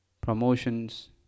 promotions